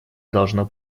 должно